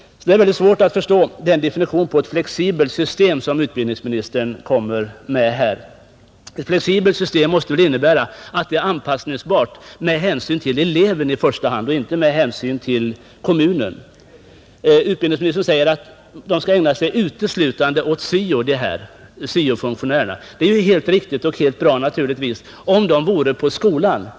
Sedan är det mycket svårt att förstå den definition på ett flexibelt system som utbildningsministern här talade om. Ett flexibelt system måste väl innebära att det är anpassningsbart till eleven i första hand, inte bara till kommunen. Utbildningsministern säger att syo-funktionärerna uteslutande skall ägna sig åt syo. Det är naturligtvis alldeles riktigt — om de är på skolan!